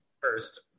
first